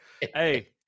Hey